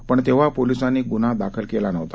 पण तेंव्हा पोलिसांनी गुन्हा दाखल केला नव्हता